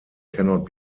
cannot